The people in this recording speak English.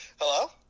Hello